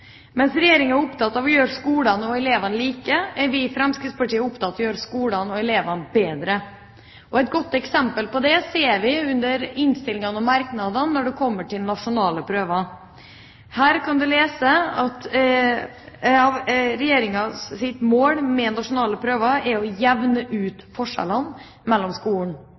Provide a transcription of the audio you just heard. Mens Regjeringa er opptatt av å gjøre skolene og elevene like, er vi i Fremskrittspartiet opptatt av å gjøre skolene og elevene bedre. Et godt eksempel på det ser vi i innstillinga og merknadene når det kommer til nasjonale prøver. Her kan en lese at Regjeringas mål med nasjonale prøver er å jevne ut forskjellene mellom